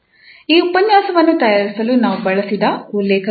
ಈ ಉಪನ್ಯಾಸವನ್ನು ತಯಾರಿಸಲು ನಾವು ಬಳಸಿದ ಉಲ್ಲೇಖಗಳು ಇವು